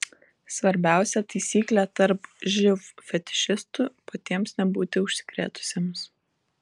svarbiausia taisyklė tarp živ fetišistų patiems nebūti užsikrėtusiems